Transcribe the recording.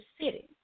city